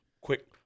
Quick